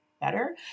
better